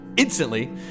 Instantly